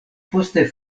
poste